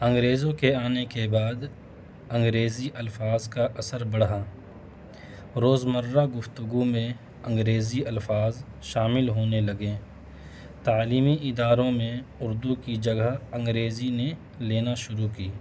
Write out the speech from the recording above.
انگریزوں کے آنے کے بعد انگریزی الفاظ کا اثر بڑھا روزمرہ گفتگو میں انگریزی الفاظ شامل ہونے لگیں تعلیمی اداروں میں اردو کی جگہ انگریزی نے لینا شروع کی